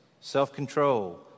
self-control